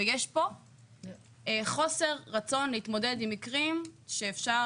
ויש פה חוסר רצון להתמודד עם מקרים שאפשר